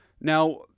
Now